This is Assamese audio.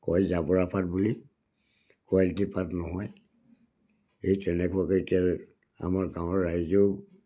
কয় জাবৰা পাত বুলি কোৱাল্টি পাত নহয় এই তেনেকুৱাকৈ এতিয়া আমাৰ গাঁৱৰ ৰাইজেও